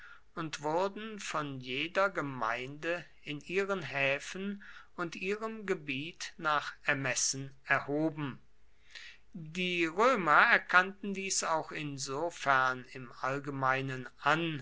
und wurden von jeder gemeinde in ihren häfen und ihrem gebiet nach ermessen erhoben die römer erkannten dies auch insofern im allgemeinen an